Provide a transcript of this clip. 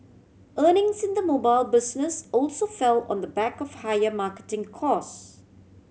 earnings in the mobile business also fell on the back of higher marketing cost